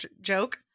joke